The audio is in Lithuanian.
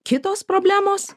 kitos problemos